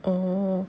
oh